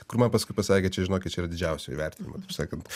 kur man paskui pasakė čia žinokit čia yra didžiausio įvertinimo taip sakant